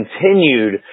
continued